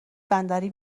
بندری